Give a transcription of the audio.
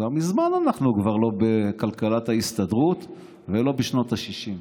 כבר מזמן אנחנו לא בכלכלת ההסתדרות ולא בשנות השישים.